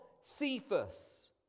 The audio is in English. Cephas